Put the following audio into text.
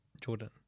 Jordan